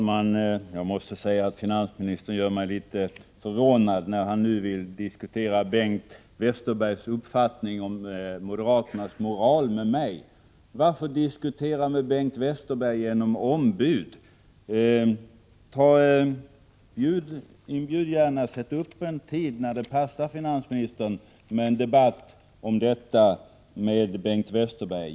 Herr talman! Finansministern gör mig litet förvånad, när han nu vill diskutera Bengt Westerbergs uppfattning om moderaternas moral med mig. Varför diskutera med Bengt Westerberg genom ombud? Inbjud gärna Bengt Westerberg till en debatt! Sätt upp en tid när det passar finansministern att ta en debatt om detta med Bengt Westerberg!